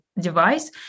device